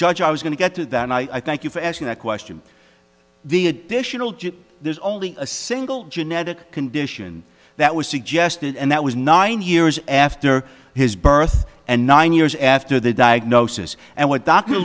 judge i was going to get to that and i thank you for asking that question the additional there's only a single genetic condition that was suggested and that was nine years after his birth and nine years after the diagnosis and what d